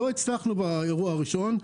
לא הצלחנו באירוע הראשון.